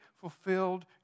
fulfilled